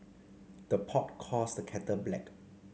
the pot calls the kettle black